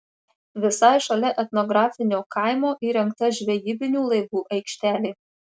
visai šalia etnografinio kaimo įrengta žvejybinių laivų aikštelė